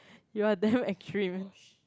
you're damn extreme